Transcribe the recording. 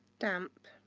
damp